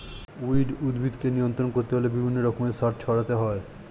weed উদ্ভিদকে নিয়ন্ত্রণ করতে হলে বিভিন্ন রকমের সার ছড়াতে হয়